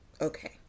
Okay